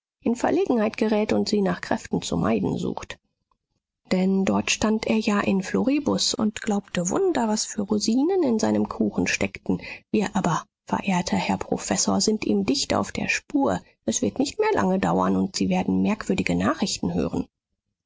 in verlegenheit gerät und sie nach kräften zu meiden sucht denn dort stand er ja in floribus und glaubte wunder was für rosinen in seinem kuchen steckten wir aber verehrter herr professor sind ihm dicht auf der spur es wird nicht mehr lange dauern und sie werden merkwürdige nachrichten hören